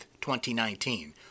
2019